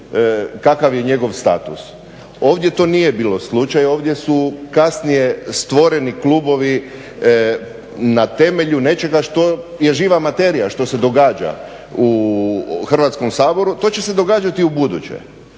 kakav je njegov status. Ovdje to nije bio slučaj, ovdje su kasnije stvoreni klubovi na temelju nečega što je živa materija, što se događa u Hrvatskom saboru to će se događati i ubuduće.